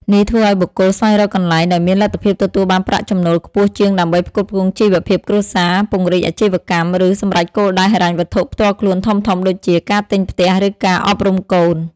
នេះធ្វើឱ្យបុគ្គលស្វែងរកកន្លែងដែលមានលទ្ធភាពទទួលបានប្រាក់ចំណូលខ្ពស់ជាងដើម្បីផ្គត់ផ្គង់ជីវភាពគ្រួសារ ពង្រីកអាជីវកម្ម ឬសម្រេចគោលដៅហិរញ្ញវត្ថុផ្ទាល់ខ្លួនធំៗដូចជា ការទិញផ្ទះ ឬការអប់រំកូន។